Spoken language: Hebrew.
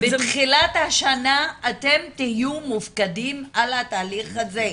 בתחילת השנה אתם תהיו מופקדים על התהליך הזה,